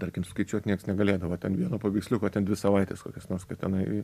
tarkim suskaičiuot nieks negalėdavo ten vieno paveiksliuko ten dvi savaites kokias nors kad tenai